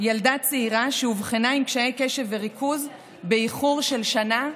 ילדה צעירה שאובחנה עם קשיי קשב וריכוז באיחור של שנה,